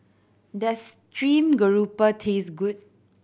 does stream grouper taste good